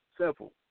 Simple